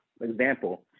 example